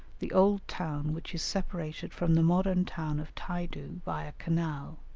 the old town which is separated from the modern town of taidu by a canal,